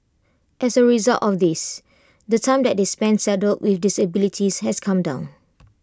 as A result of this the time that they spend saddled with disabilities has come down